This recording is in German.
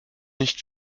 nicht